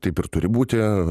taip ir turi būti